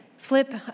Flip